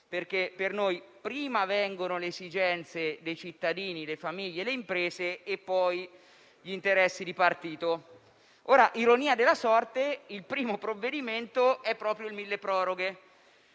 perché per noi prima vengono le esigenze di cittadini, famiglie e imprese e poi gli interessi di partito. Ironia della sorte, il primo provvedimento è proprio il decreto-legge